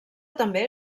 també